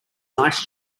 nice